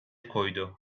koydu